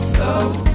love